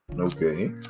okay